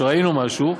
או שראינו משהו,